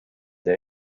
the